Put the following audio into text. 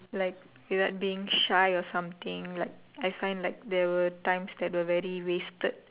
like without being shy or something like I find like there were times that were very wasted